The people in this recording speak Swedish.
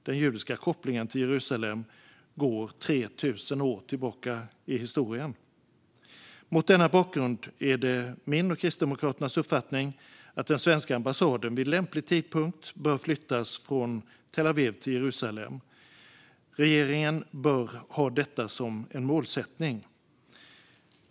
Den judiska kopplingen till Jerusalem går 3 000 år tillbaka i historien. Mot denna bakgrund är det min och Kristdemokraternas uppfattning att den svenska ambassaden vid lämplig tidpunkt bör flyttas från Tel Aviv till Jerusalem. Regeringen bör ha detta som en målsättning.